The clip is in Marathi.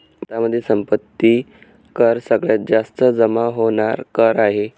भारतामध्ये संपत्ती कर सगळ्यात जास्त जमा होणार कर आहे